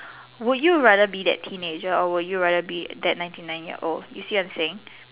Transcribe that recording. would you rather be that teenager or would you rather be that ninety nine year old you see what I'm saying